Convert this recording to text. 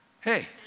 hey